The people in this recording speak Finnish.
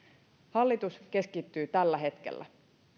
hallitus keskittyy tällä hetkellä